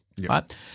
right